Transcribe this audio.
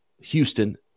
Houston